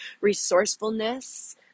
resourcefulness